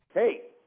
hey